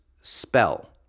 spell